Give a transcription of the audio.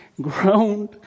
groaned